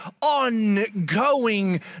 ongoing